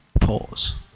pause